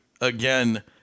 again